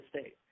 state